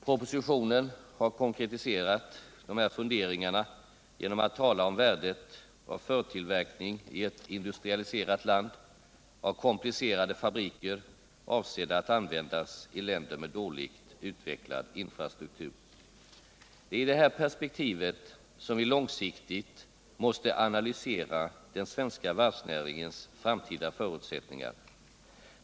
Propositionen har konkretiserat dessa funderingar genom att tala om värdet av förtillverkning i ett industriland av komplicerade fabriker avsedda att användas i länder med dåligt utvecklad infrastruktur. Det är i detta perspektiv som vi långsiktigt måste analysera den svenska varvsnäringens framtida förutsättningar.